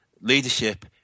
leadership